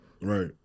Right